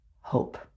hope